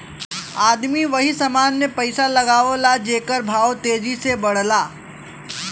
आदमी वही समान मे पइसा लगावला जेकर भाव तेजी से बढ़ला